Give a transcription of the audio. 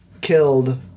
killed